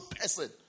person